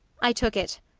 i took it.